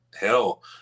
hell